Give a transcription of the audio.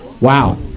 Wow